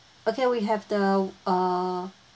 okay we have the uh